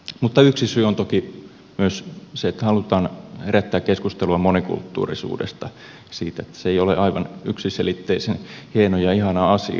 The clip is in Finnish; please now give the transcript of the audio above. mutta yksi syy on toki myös se että halutaan herättää keskustelua monikulttuurisuudesta siitä että se ei ole aivan yksiselitteisen hieno ja ihana asia